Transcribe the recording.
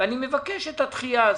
אני מבקש את הדחייה הזאת.